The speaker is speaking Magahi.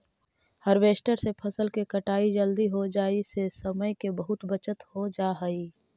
हार्वेस्टर से फसल के कटाई जल्दी हो जाई से समय के बहुत बचत हो जाऽ हई